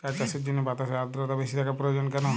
চা চাষের জন্য বাতাসে আর্দ্রতা বেশি থাকা প্রয়োজন কেন?